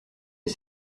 les